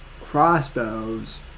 crossbows